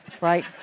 Right